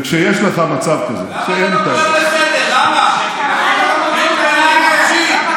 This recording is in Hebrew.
וכשיש לך מצב כזה, למה אתה לא קורא לסדר?